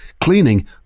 Cleaning